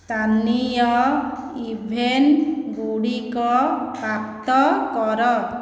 ସ୍ଥାନୀୟ ଇଭେନ୍ଟ ଗୁଡ଼ିକ ପ୍ରାପ୍ତ କର